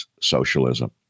socialism